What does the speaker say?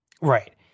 Right